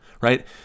right